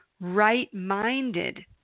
right-minded